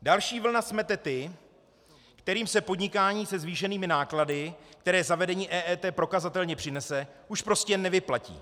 Další vlna smete ty, kterým se podnikání se zvýšenými náklady, které zavedení EET prokazatelně přinese, už prostě nevyplatí.